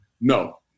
No